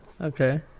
Okay